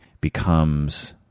becomes